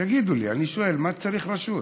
תגידו לי, אני שואל, מה צריך רשות?